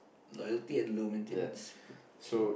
loyalty and low maintenance okay